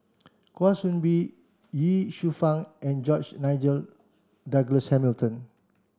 Kwa Soon Bee Ye Shufang and George Nigel Douglas Hamilton